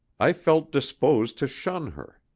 i felt disposed to shun her.